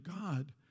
God